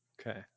Okay